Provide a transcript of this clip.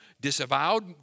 disavowed